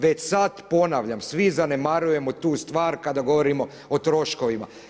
Već sada ponavljam, svi zanemarujemo tu stvar kada govorimo o troškovima.